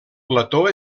plató